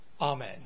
Amen